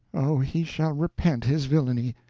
oh, he shall repent his villainy!